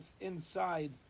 inside